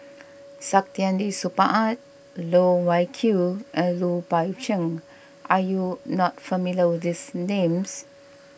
Saktiandi Supaat Loh Wai Kiew and Lui Pao Chuen are you not familiar with these names